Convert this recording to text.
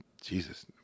Jesus